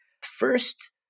First